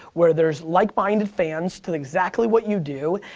where there's like-minded fans to exactly what you do.